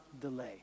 delay